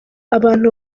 abantu